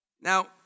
Now